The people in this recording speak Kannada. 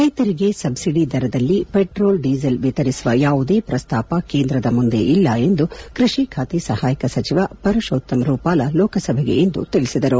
ರೈತರಿಗೆ ಸಬ್ಬಿಡಿ ದರದಲ್ಲಿ ಪೆಟ್ರೊಲ್ ಡೀಸೆಲ್ ವಿತರಿಸುವ ಯಾವುದೇ ಪ್ರಸ್ತಾಪ ಕೇಂದ್ರದ ಮುಂದೆ ಇಲ್ಲ ಎಂದು ಕೃಷಿ ಖಾತೆ ಸಹಾಯಕ ಸಚಿವ ಪರಶೋತ್ತಮ್ ರೂಪಾಲ ಲೋಕಸಭೆಗೆ ಇಂದು ತಿಳಿಸಿದರು